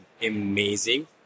amazing